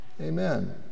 amen